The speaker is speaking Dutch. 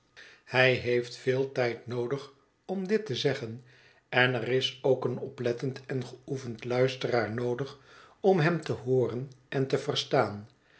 hij heeft veel tijd noodig om dit te zeggen en er is ook een oplettend en geoefend luisteraar noodig om hem te hooren en te verstaan